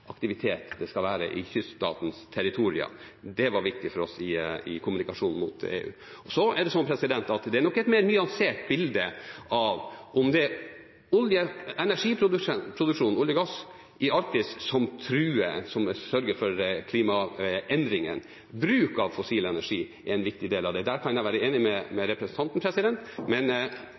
det nok et mer nyansert bilde av om det er energiproduksjon – olje og gass – i Arktis som truer, som sørger for klimaendringene. Bruk av fossil energi er en viktig del av det. Der kan jeg være enig med representanten , men